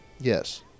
Yes